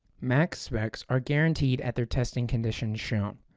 max specs are guaranteed at their testing conditions shown.